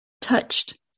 touched